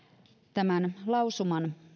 tämän